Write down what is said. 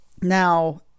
now